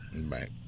right